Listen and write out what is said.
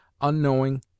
unknowing